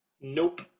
Nope